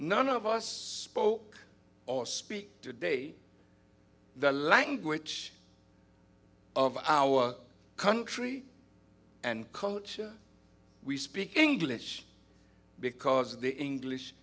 none of us spoke or speak today the language of our country and culture we speak english because the english